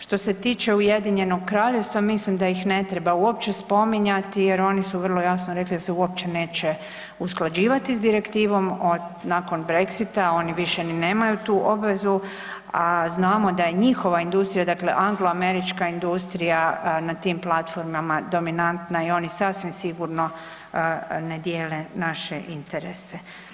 Što se tiče Ujedinjenog Kraljevstva mislim da ih ne treba uopće spominjati jer oni su vrlo jasno rekli da se uopće neće usklađivati s direktivom, nakon Brexita oni više ni nemaju tu obvezu, a znamo da je njihova industrija dakle angloamerička industrija na tim platformama dominantna i oni sasvim sigurno ne dijele naše interese.